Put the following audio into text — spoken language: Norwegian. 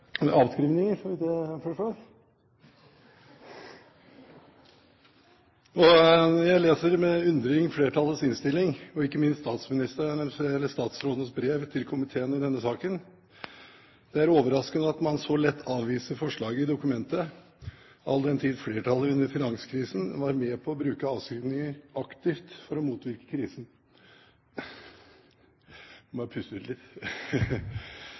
avskrivninger, så vidt jeg forstår. Jeg leser med undring flertallets innstilling og ikke minst statsrådens brev til komiteen i denne saken. Det er overraskende at man så lett avviser forslaget i dokumentet, all den tid flertallet under finanskrisen var med på å bruke avskrivninger aktivt for å motvirke krisen. – Jeg må bare puste ut litt!